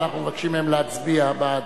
אנחנו מבקשים מהם להצביע בעד.